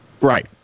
right